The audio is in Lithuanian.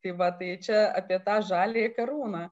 tai va tai čia apie tą žaliąją karūną